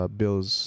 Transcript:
bills